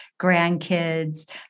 grandkids